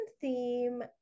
theme